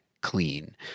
clean